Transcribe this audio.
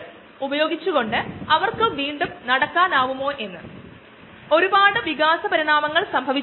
അവ അടിസ്ഥാനപരമായി പ്ലാസ്റ്റിക് ബാഗുകളാണ് അവ വീഡിയോയിൽ കാണിക്കുന്നതുപോലെ റോക്കറുകളിൽ സൂക്ഷിക്കുകയും ഉൽപാദനം അത്തരമൊരു അവസ്ഥയിൽ സംഭവിക്കുകയും ചെയ്യുന്നു